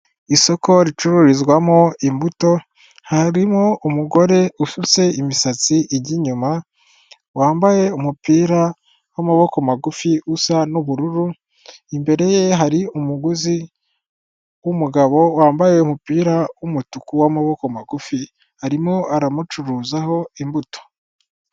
Isoko ricururizwamo imbuto harimo umugore usutse imisats ijya inyuma wambaye umupira w'amaboko magufi usa n'ubururu, imbere ye hari umuguzi w'umugabo wambaye umupira w'umutuku w'amaboko magufi arimo aramucuruzaho imbuto.